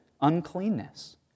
uncleanness